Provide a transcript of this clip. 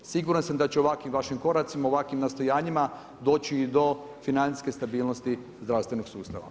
Siguran sam da će ovakvim vašim koracima, ovakvim nastojanjima doći do financijske stabilnosti zdravstvenog sustava.